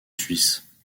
suisse